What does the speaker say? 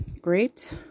Great